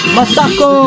Masako